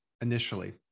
initially